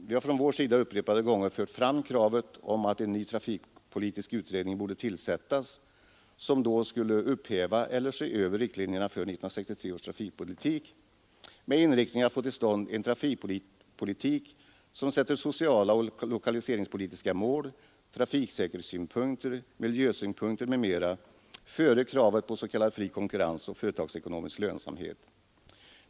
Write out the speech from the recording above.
Vi har från vår sida upprepade gånger fört fram kravet om att en ny trafikpolitisk utredning borde tillsättas, som då skulle upphäva eller se över riktlinjerna för 1963 års trafikpolitik med inriktning att få till stånd en trafikpolitik som sätter sociala och lokaliseringspolitiska mål, trafiksäkerhetssynpunkter, miljösynpunkter m.m. före kravet på en s.k. fri konkurrens och företagsekonomisk lönsamhet.